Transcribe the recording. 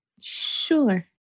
sure